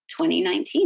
2019